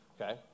Okay